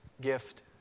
gift